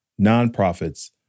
nonprofits